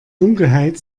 dunkelheit